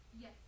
Yes